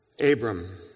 Abram